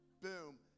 boom